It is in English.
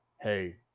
Hey